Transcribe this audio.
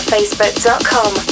Facebook.com